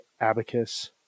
abacus